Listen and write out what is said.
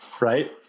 right